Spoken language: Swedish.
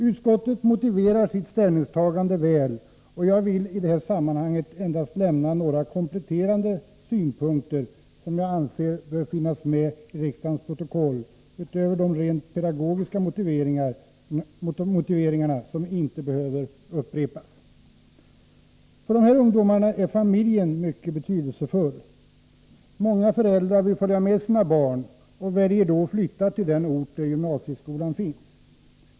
Utskottet motiverar sitt ställningstagande väl, och jag vill i detta sammanhang endast lämna några kompletterande synpunkter, som jag anser bör finnas med i riksdagens protokoll utöver de rent pedagogiska motiveringar som inte behöver upprepas. För de här ungdomarna är familjen mycket betydelsefull. Många föräldrar vill följa med sina barn och väljer då att flytta till den ort där gymnasieskolan 113 finns.